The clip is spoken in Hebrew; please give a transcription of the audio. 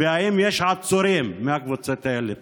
והאם יש עצורים מהקבוצות האלה?